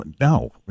No